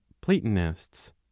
Platonists